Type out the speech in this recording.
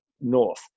north